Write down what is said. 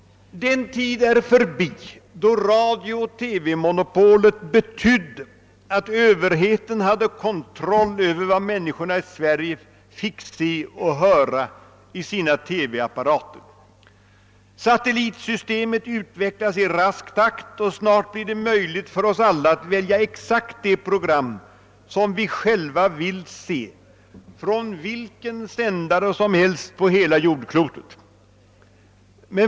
Den tid är förbi då radiooch TV monopolet betydde att överheten hade kontroll över vad människorna i Sverige fick se och höra i sina TV-apparater. Satellitsystemet utvecklas i rask takt, och snart blir det möjligt för oss alla att välja exakt det program som vi själva vill se från vilken sändare som helst på hela jordklotet.